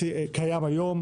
קיים היום,